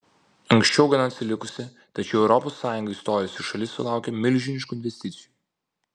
anksčiau gana atsilikusi tačiau į europos sąjungą įstojusi šalis sulaukia milžiniškų investicijų